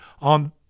on